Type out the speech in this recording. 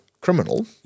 criminal